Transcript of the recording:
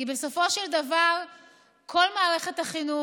כי בסופו של דבר כל מערכת החינוך,